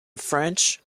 french